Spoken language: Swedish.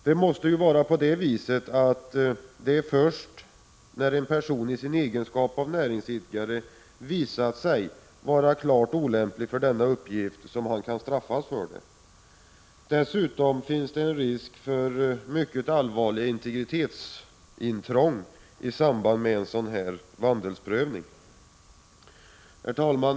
Det måste ju vara på det viset att det är först när en person i sin egenskap av näringsidkare visat sig klart olämplig för denna uppgift som han kan straffas för detta. Dessutom är det risk för mycket allvarliga integritetsintrång i samband med en sådan vandelsprövning. Herr talman!